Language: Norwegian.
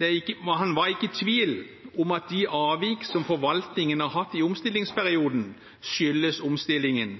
ikke var i tvil om at de avvik som forvaltningen har hatt i omstillingsperioden, skyldes omstillingen.